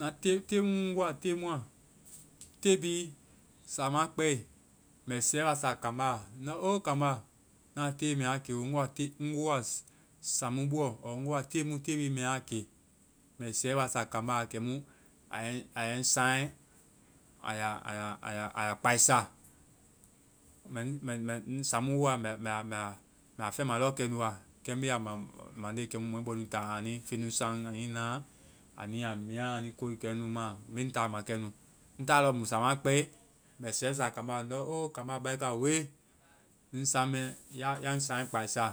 Na te-te mu ŋ woa te mu a, te bi saamaa kpɛe. mɛ sɛ wa sa kaamba a. Ndɔ o kaamba, na te me a ki o. Ŋ woa te- ŋ woa saaŋ mu buɔ. ŋ woa te mu, te bi mɛ a ke. Mɛ sɛ wa sa kaamba a kɛmu ai-a yɛ ŋ saaŋɛ, ai ya kpaisa. Mɛ saaŋ mu ŋ woa, mɛ a feŋma lɔ kɛnu wa. Kɛ me ya ma mande kɛmu mɔɛbɔnu ya ma. Anui feŋnu saaŋ anui na, anu ya miia, anui koe kɛ nunu ma, me ŋ taa ma kɛnu. Ŋ taa lɔɔ mu saama kpɛe, mɛ sɛ sa kaamba a. Ndɔ o kaamba baika woe, hiŋi saaŋ mɛ ya ŋ saaŋɛ kpaisa.